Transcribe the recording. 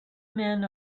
man